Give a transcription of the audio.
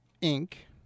ink